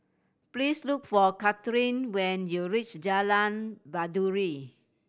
please look for Kathlene when you reach Jalan Baiduri